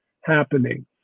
happening